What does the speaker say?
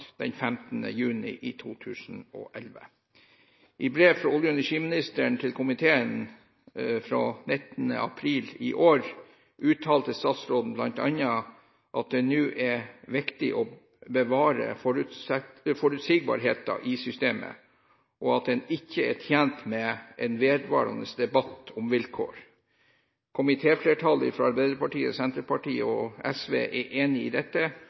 juni 2011. I brev fra olje- og energiministeren til komiteen fra 19. april i år uttalte statsråden bl.a. at det nå er viktig å bevare forutsigbarheten i systemet, og at en ikke er tjent med en vedvarende debatt om vilkår. Komitéflertallet, Arbeiderpartiet, Senterpartiet og SV, er enig i dette